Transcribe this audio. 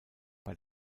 bei